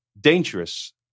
dangerous